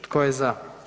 Tko je za?